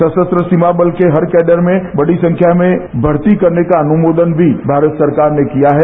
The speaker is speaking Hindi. सशस्त्र सीमा बल के हर केडर में बड़ी संख्या में भर्ती करने का अनुमोदन भी भारत सरकार ने किया है